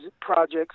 projects